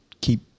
keep